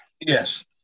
Yes